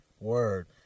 Word